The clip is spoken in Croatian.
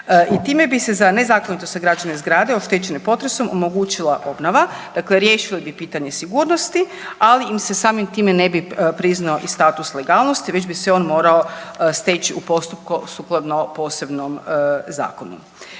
i time bi se za nezakonito sagrađene zgrade oštećene potresom omogućila obnova, dakle riješili bi pitanje sigurnosti, ali im se samim time ne bi priznao i status legalnosti već bi se on morao steći u postupku sukladno posebnom zakonu.